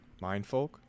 Mindfolk